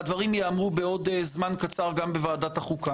והדברים ייאמרו בעוד זמן קצר גם בוועדת החוקה.